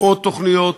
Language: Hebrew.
עוד תוכניות,